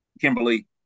Kimberly